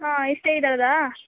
ಹಾಂ ಇಷ್ಟೇ ಇರೋದಾ